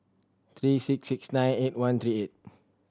three six six nine eight one three eight